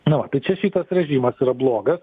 na va tai čia šitas režimas yra blogas